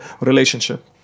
relationship